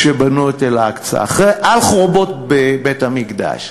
כשבנו את אל-אקצא על חורבות בית-המקדש.